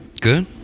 Good